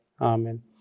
Amen